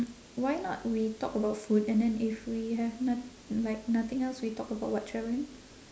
why not we talk about food and then if we have not~ like nothing else we talk about what traveling